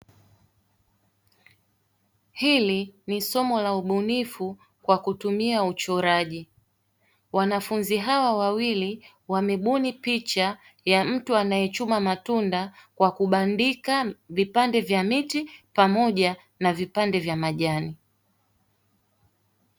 Hili ni somo la ubunifu kwa kutumia uchoraji wanafunzi hawa wawili wamebuni picha ya mtu anayechuma matunda kwa kubandika vipande vya miti pamoja na vipande vya majani.